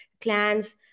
clans